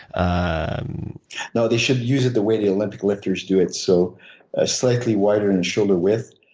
and no, they should use it the way the olympic lifters do it. so a slightly wider in shoulder width,